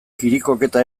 kirikoketa